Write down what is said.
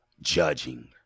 judging